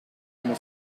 como